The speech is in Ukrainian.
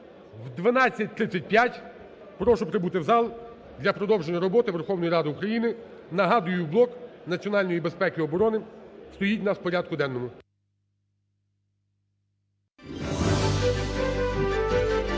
О 12:35 прошу прибути в зал для продовження роботи Верховної Ради України. Нагадую: блок національної безпеки і оборони стоїть у нас в порядку денному.